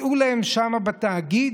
מצאו להם שם בתאגיד,